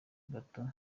gato